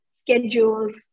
schedules